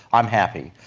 i'm happy.